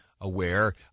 aware